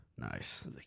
Nice